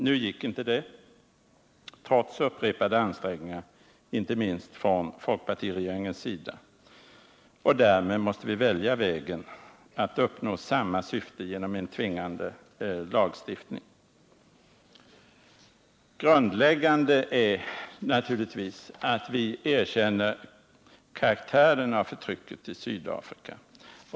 Nu gick inte detta — trots upprepade ansträngningar, inte minst från folkpartiregeringens sida — och därmed måste vi välja vägen att uppnå samma syfte genom en tvingande lagstiftning. Grundläggande är naturligtvis att vi erkänner karaktären av förtrycket i Sydafrika.